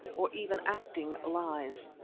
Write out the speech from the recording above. or even acting lies.